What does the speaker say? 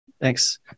thanks